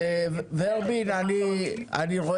אנחנו במכון הייצוא עוסקים בעולמות של זיהוי